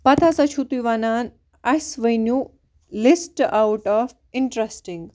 پَتہٕ ہَسا چھِو تُہۍ وَنان اَسہِ ؤنِو لِسٹ اَوُٹ آف اِنٹریٚسٹِنٛگ